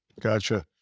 Gotcha